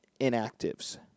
inactives